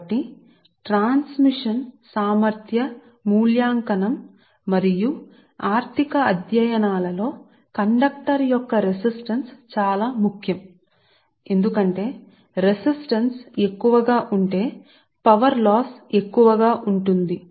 కాబట్టి ప్రసార సామర్థ్య మూల్యాంకనం మరియు ఆర్థికపర అధ్యయనాలలో కండక్టర్ యొక్క రెసిస్టన్స్ చాలా ముఖ్యం ఎందుకంటే రెసిస్టన్స్ ఎక్కువగా ఉంటే విద్యుత్ నష్టం ఎక్కువ అవుతుంది